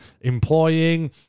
employing